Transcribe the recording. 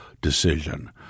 decision